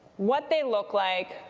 what they look like,